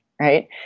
right